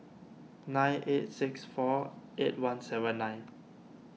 nine eight six four eight one seven nine